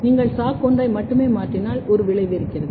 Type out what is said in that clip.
நீங்கள் SOC1 ஐ மட்டுமே மாற்றினால் ஒரு விளைவு இருக்கிறது